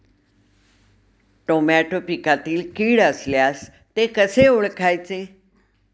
Tomato पिकातील कीड असल्यास ते कसे ओळखायचे?